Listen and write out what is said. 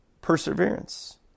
perseverance